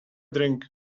drink